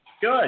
Good